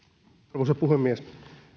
arvoisa puhemies